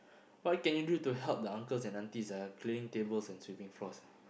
what can you do to help the uncles and aunties ah cleaning tables and sweeping floors ah